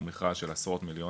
הוא מכרז של עשרות מיליונים,